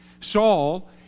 Saul